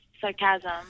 sarcasm